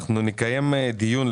אנחנו נקיים דיון,